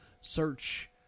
Search